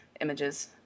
images